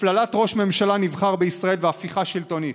הפללת ראש ממשלה נבחר בישראל והפיכה שלטונית,